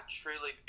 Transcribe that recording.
truly